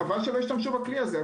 חבל שלא השתמשו בכלי הזה.